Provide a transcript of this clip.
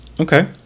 Okay